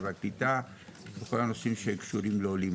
והקליטה בכל הנושאים שקשורים לעולים.